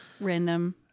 Random